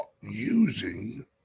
using